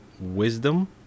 Wisdom